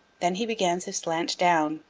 then he began to slant down,